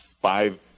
five